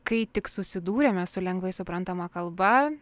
kai tik susidūrėme su lengvai suprantama kalba